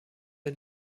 der